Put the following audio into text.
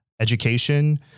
education